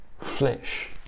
flesh